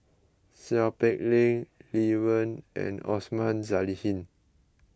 Seow Peck Leng Lee Wen and Osman Zailani